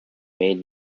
made